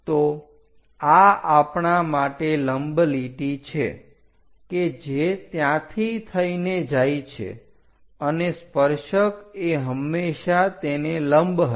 તો આ આપણાં માટે લંબ લીટી છે કે જે ત્યાંથી થઈને જાય છે અને સ્પર્શક એ હંમેશા તેને લંબ હશે